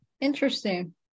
Interesting